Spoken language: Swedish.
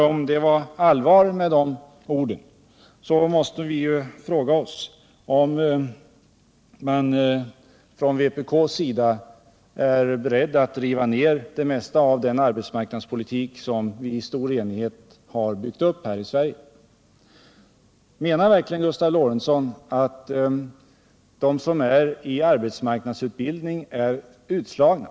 Om det var allvar i de orden måste vi fråga oss om man från vpk:s sida är beredd att riva ned det mesta av den arbetsmarknadspolitik som vi i stor enighet har byggt upp här i Sverige. Menar verkligen Gustav Lorentzon att de som är i arbetsmarknadsutbildning är utslagna?